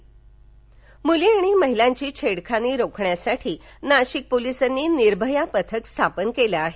निर्भया मुली आणि महिलांची छेडखानी रोखण्यासाठी नाशिक पोलीसांनी निर्भया पथक स्थापन केलं आहे